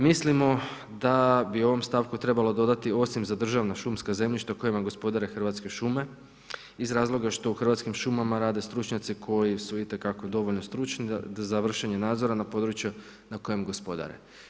Mislimo da bi u ovom stavku trebalo dodati osim za državna šumska zemljišta kojima gospodare Hrvatske šume, iz razloga što u Hrvatskim šumama rade stručnjaci koji su itekako dovoljno stručni za vršenje nadzora na područja na kojem gospodare.